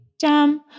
Jam